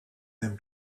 them